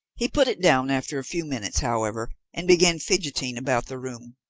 he put it down after a few minutes, however, and began fidgeting about the room.